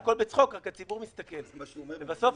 בסדר.